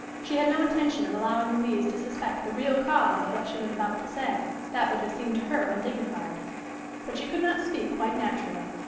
she had no intention of allowing louise to suspect the real cause of what she was about to say that would have seemed to her undignified but she could not speak quite naturally.